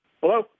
Hello